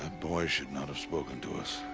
ah boy should not have spoken to us.